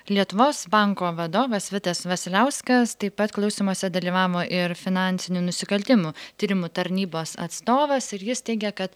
lietuvos banko vadovas vitas vasiliauskas taip pat klausymuose dalyvavo ir finansinių nusikaltimų tyrimų tarnybos atstovas ir jis teigia kad